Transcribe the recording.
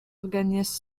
organiste